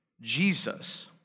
Jesus